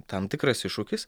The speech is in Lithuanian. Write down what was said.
tam tikras iššūkis